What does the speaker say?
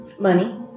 Money